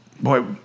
boy